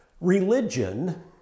Religion